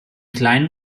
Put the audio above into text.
kleinen